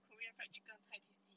korean fried chicken 太 tasty